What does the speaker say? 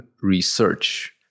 research